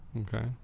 Okay